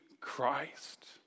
Christ